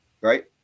right